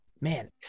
man